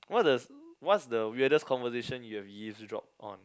what the what's the weirdest conversation you have eavesdrop on